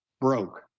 broke